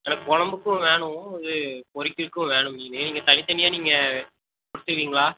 எனக்கு குழம்புக்கும் வேணும் இது பொரிக்குறதுக்கும் வேணும் மீனு நீங்கள் தனித்தனியாக நீங்கள் கொடுத்துருவீங்களா